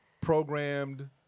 programmed